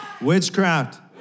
Witchcraft